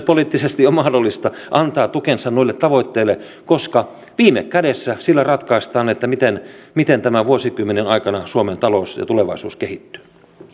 poliittisesti on mahdollista antaa tukensa noille tavoitteille koska viime kädessä sillä ratkaistaan miten miten tämän vuosikymmenen aikana suomen talous ja tulevaisuus kehittyvät